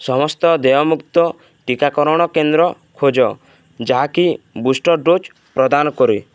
ସମସ୍ତ ଦେୟମୁକ୍ତ ଟିକାକରଣ କେନ୍ଦ୍ର ଖୋଜ ଯାହାକି ବୁଷ୍ଟର୍ ଡୋଜ୍ ପ୍ରଦାନ କରେ